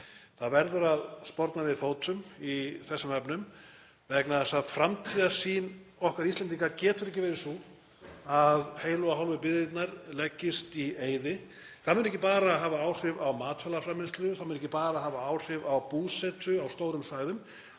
Það verður að sporna við fótum í þessum efnum vegna þess að framtíðarsýn okkar Íslendinga getur ekki verið sú að heilu og hálfu byggðirnar leggist í eyði. Það mun ekki bara hafa áhrif á matvælaframleiðslu, það mun ekki bara hafa áhrif á búsetu á stórum svæðum.